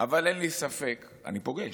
אבל אין לי ספק, אני פוגש,